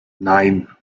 nein